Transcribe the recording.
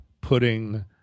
putting